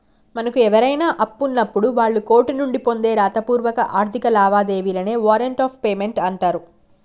మనకు ఎవరైనా అప్పున్నప్పుడు వాళ్ళు కోర్టు నుండి పొందే రాతపూర్వక ఆర్థిక లావాదేవీలనే వారెంట్ ఆఫ్ పేమెంట్ అంటరు